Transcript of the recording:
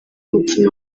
mutima